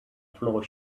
floor